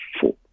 four